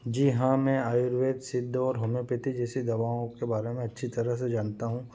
जी हाँ मैं आयुर्वेद सिद्ध और होमियोपैथी जैसी दवाओं के बारे में अच्छी तरह से जानता हूँ